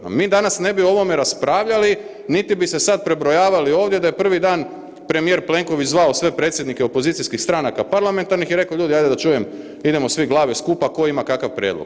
Pa mi danas ne bi o ovome raspravljali niti bi se sad prebrojavali ovdje da je prvi dan premijer Plenković zvao sve predsjednike opozicijskih stranaka parlamentarnih i rekao, hajde ljudi da čujem, idemo svi glave skupa, tko ima kakav prijedlog.